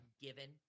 given